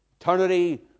Eternity